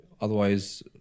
Otherwise